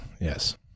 yes